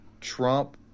Trump